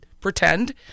pretend